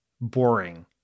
boring